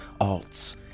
alts